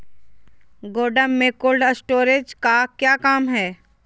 गोडम में cold storage का क्या काम है?